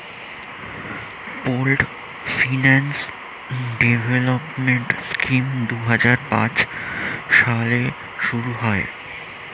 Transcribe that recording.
pooled finance development scheme দুই হাজার পাঁচ সালে শুরু হয়